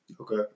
Okay